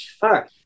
fuck